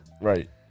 Right